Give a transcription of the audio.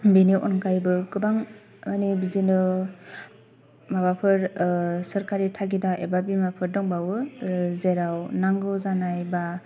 बिनि अनगायैबो गोबां माने बिदिनो माबाफोर सोरखारि थागिदा एबा बिमाफोर दंबावो जेराव नांगौ जानाय बा